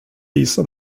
visa